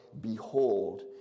behold